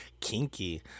Kinky